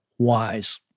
Wise